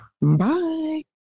Bye